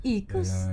eh cause